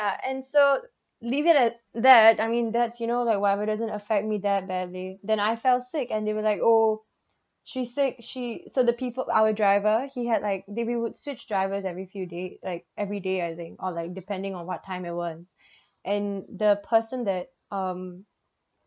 and so leave it at that I mean that's you know like whatever doesn't affect me that badly then I fell sick and they were like oh she sick she so the people our driver he had like they we would switch drivers every few day like every day I think or like depending on what time it was and the person that um